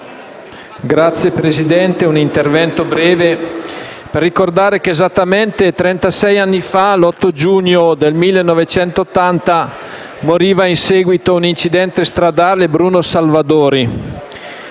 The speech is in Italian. Signor Presi- dente, intervengo brevemente per ricordare che esattamente trentasei anni fa, l’8 giugno del 1980, moriva in seguito ad un incidente stradale Bruno Salvadori.